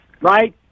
right